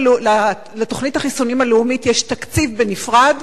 לתוכנית החיסונים הלאומית יש תקציב בנפרד,